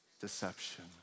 deception